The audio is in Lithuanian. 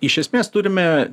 iš esmės turime